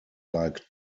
like